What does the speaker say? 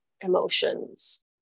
emotions